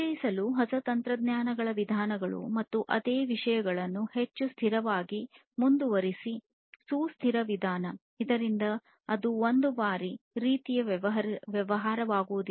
ಪರಿಚಯಿಸಲು ಹೊಸ ತಂತ್ರಗಳ ವಿಧಾನಗಳು ಮತ್ತು ಅದೇ ವಿಷಯಗಳನ್ನು ಹೆಚ್ಚು ಸ್ಥಿರವಾಗಿ ಮುಂದುವರಿಸಿ ಸುಸ್ಥಿರ ವಿಧಾನ ಇದರಿಂದ ಅದು ಒಂದು ಬಾರಿ ರೀತಿಯ ವ್ಯವಹಾರವಾಗುವುದಿಲ್ಲ